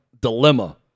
dilemma